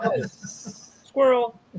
squirrel